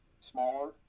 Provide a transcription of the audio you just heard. smaller